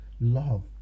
love